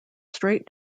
straight